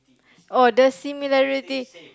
oh the similarities